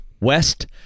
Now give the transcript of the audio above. west